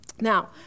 Now